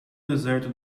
deserto